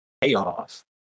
payoff